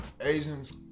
Asians